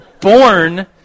born